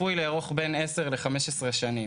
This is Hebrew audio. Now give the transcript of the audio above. צפוי לארוך בין עשר ל-15 שנים.